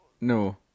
No